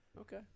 okay